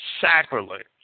sacrilege